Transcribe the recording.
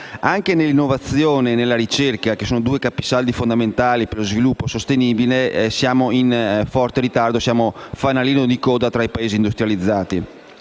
Anche nell'innovazione e nella ricerca, due capisaldi fondamentali per lo sviluppo sostenibile, siamo in forte ritardo e fanalino di coda tra i Paesi industrializzati.